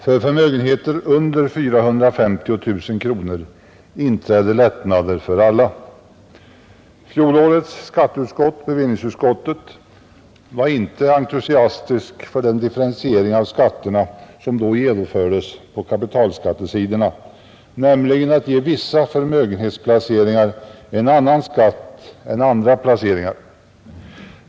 För förmögenheter under 450 000 kronor inträdde lättnader för alla. Fjolårets skatteutskott — bevillningsutskottet — var inte entusiastiskt för den differentiering av skatterna som då genomfördes på kapitalskattesidan, nämligen att ge vissa förmögenhetsplaceringar en annan skatt än andra placeringar.